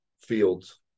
fields